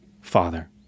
Father